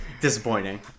disappointing